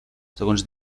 segons